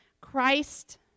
Christ